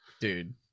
dude